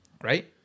right